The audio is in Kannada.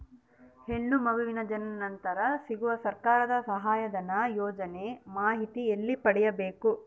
ಹೆಣ್ಣು ಮಗು ಜನನ ನಂತರ ಸಿಗುವ ಸರ್ಕಾರದ ಸಹಾಯಧನ ಯೋಜನೆ ಮಾಹಿತಿ ಎಲ್ಲಿ ಪಡೆಯಬೇಕು?